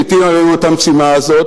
שהטיל עלינו את המשימה הזאת,